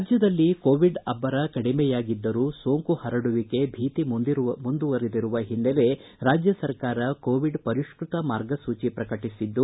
ರಾಜ್ಯದಲ್ಲಿ ಕೋವಿಡ್ ಅಬ್ಬರ ಕಡಿಮೆಯಾಗಿದ್ದರೂ ಸೋಂಕು ಹರಡುವಿಕೆ ಭೀತಿ ಮುಂದುವರಿದಿರುವ ಹಿನ್ನೆಲೆ ರಾಜ್ಯ ಸರ್ಕಾರ ಕೋವಿಡ್ ಪರಿಷ್ಟತ ಮಾರ್ಗಸೂಚಿ ಪ್ರಕಟಿಸಿದ್ದು